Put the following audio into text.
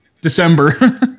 December